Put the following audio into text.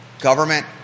Government